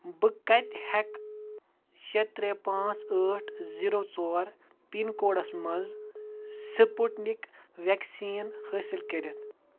بہٕ کٔتہِ ہیٚکہٕ شےٚ ترٛےٚ پانٛژھ ٲٹھ زیٖرو ژور پِن کوڈس مَنٛز سِپُٹنِک ویکسیٖن حٲصِل کٔرِتھ